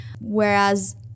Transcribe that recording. whereas